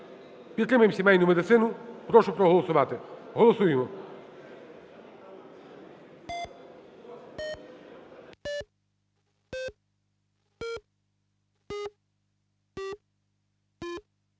Підтримаймо сімейну медицину. Прошу проголосувати. Голосуємо.